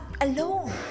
alone